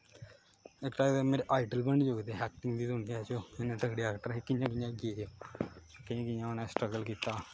इक टाइप दे मेरे आइडल बनी गे ओह् ऐक्टिंग दी दुनिया च इ'नें तगड़े ऐक्टर हे ओह् कि'यां कि'यां गे ओह् कि'यां कि'यां उनें स्ट्रगल कीता